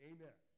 Amen